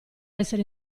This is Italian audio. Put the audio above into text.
essere